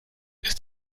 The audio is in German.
ist